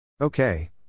Okay